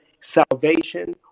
salvation